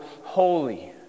holy